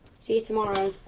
see you tomorrow.